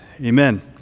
Amen